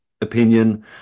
opinion